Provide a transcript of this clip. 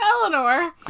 Eleanor